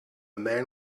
man